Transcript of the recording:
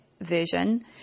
version